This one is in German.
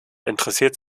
interessiert